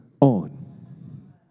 on